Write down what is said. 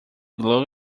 clog